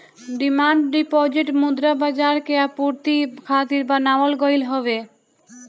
demand deposit मुद्रा बाजार के आपूर्ति खातिर बनावल गईल हवे